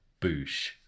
Boosh